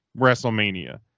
WrestleMania